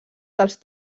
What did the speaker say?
dels